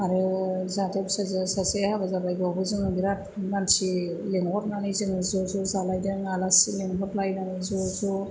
आरो जोंहाथ' फिसाजोया सासे हाबा जाबाय बेयावबो जोङो बिराथ मानसि लिंहरनानै जोङो ज' ज' जालायदों आलासि लिंहरलायनाय ज' ज'